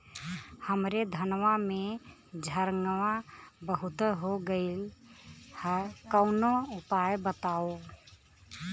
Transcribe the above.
हमरे धनवा में झंरगा बहुत हो गईलह कवनो उपाय बतावा?